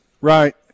Right